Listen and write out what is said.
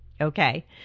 Okay